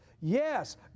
Yes